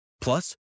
Plus